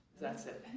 that's it.